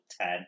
ten